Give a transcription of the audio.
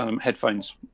headphones